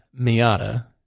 Miata